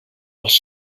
els